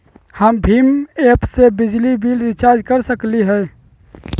हम भीम ऐप से बिजली बिल रिचार्ज कर सकली हई?